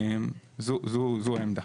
זאת העמדה.